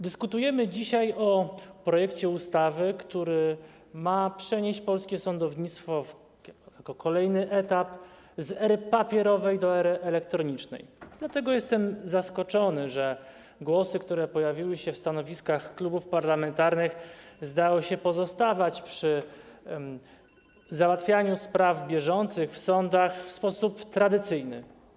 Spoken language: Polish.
Dyskutujemy dzisiaj o projekcie ustawy, który ma przenieść polskie sądownictwo - to kolejny etap - z ery papierowej do ery elektronicznej, dlatego jestem zaskoczony, że głosy, które pojawiły się w stanowiskach klubów parlamentarnych, zdały się pozostawać przy załatwianiu spraw bieżących w sądach w sposób tradycyjny.